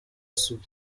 supt